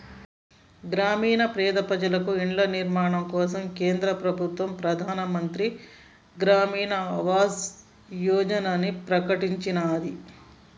గ్రామీణ పేద ప్రజలకు ఇళ్ల నిర్మాణం కోసం కేంద్ర ప్రభుత్వం ప్రధాన్ మంత్రి గ్రామీన్ ఆవాస్ యోజనని ప్రకటించినాది